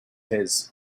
his